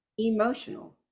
emotional